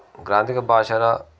గ్రాంధిక భాషల